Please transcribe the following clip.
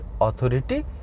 authority